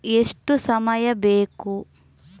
ಎಷ್ಟು ಸಮಯ ಬೇಕು?